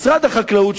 משרד החקלאות,